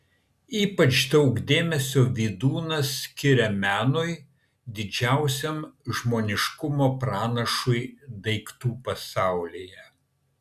ypač daug dėmesio vydūnas skiria menui didžiausiam žmoniškumo pranašui daiktų pasaulyje